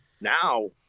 Now